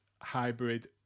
hybrid